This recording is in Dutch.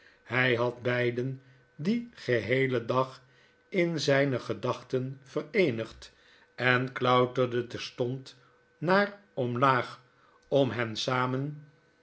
hg had beiden dien geheelen dag in zijne gedachten vereenigd enklauterde terstond naar omlaag om hen samen